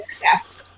Yes